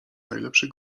najlepsze